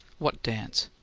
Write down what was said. what dance?